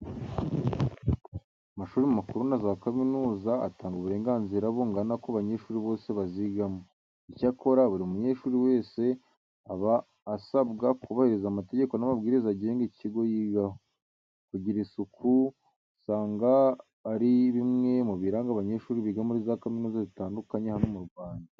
Amashuri makuru na za kaminuza, atanga uburenganzira bungana ku banyeshuri bose bazigamo. Icyakora, buri munyeshuri wese aba asabwa kubahiriza amategeko n'amabwiriza agenga ikigo yigaho. Kugira isuku, usanga ari bimwe mu biranga abanyeshuri biga muri za kaminuza zitandukanye hano mu Rwanda.